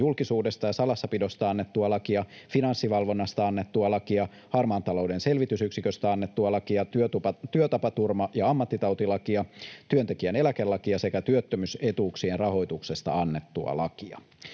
julkisuudesta ja salassapidosta annettua lakia, Finanssivalvonnasta annettua lakia, Harmaan talouden selvitysyksiköstä annettua lakia, työtapaturma- ja ammattitautilakia, työntekijän eläkelakia sekä työttömyysetuuksien rahoituksesta annettua lakia.